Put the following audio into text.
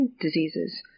diseases